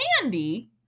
candy